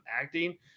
acting